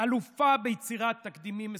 אלופה ביצירת תקדימים מסוכנים.